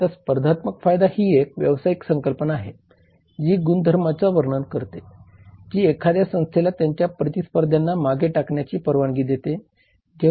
आता स्पर्धात्मक फायदा ही एक व्यावसायिक संकल्पना आहे जी गुणधर्मांचे वर्णन करते जी एखाद्या संस्थेला त्याच्या प्रतिस्पर्ध्यांना मागे टाकण्याची परवानगी देते